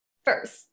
First